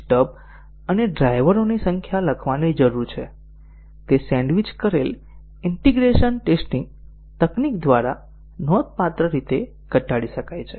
stub અને ડ્રાઈવરોની સંખ્યા લખવાની જરૂર છે તે સેન્ડવિચ કરેલ ઈન્ટીગ્રેશન ટેસ્ટીંગ તકનીક દ્વારા નોંધપાત્ર રીતે ઘટાડી શકાય છે